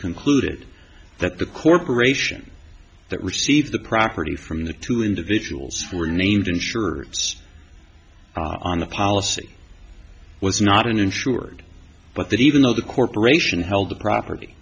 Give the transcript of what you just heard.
concluded that the corporation that received the property from the two individuals were named insurers on the policy was not an insured but that even though the corporation held the property